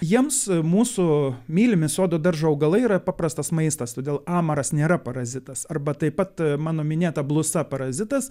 jiems mūsų mylimi sodo daržo augalai yra paprastas maistas todėl amaras nėra parazitas arba taip pat mano minėta blusa parazitas